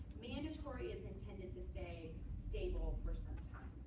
mandatory is intended to stay stable for some time.